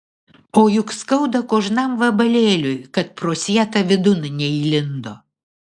o juk skauda kožnam vabalėliui kad pro sietą vidun neįlindo